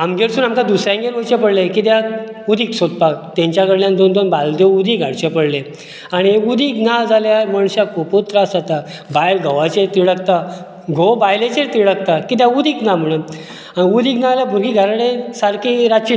आमगेरसून आमकां दुसऱ्यांगेर वयचें पडले कित्याक उदीक सोदपाक तेंच्या कडल्यान दोन दोन बालद्यो उदीक हाडचें पडले आनी उदीक ना जाल्यार मनश्याक खुबूच त्रास जाता बायल घोवाचेर तिडकता घोव बायलेचेर तिडकता कित्याक उदीक ना म्हणून उदीक ना जाल्यार भुरगीं घरा कडेन सारकी रातचीं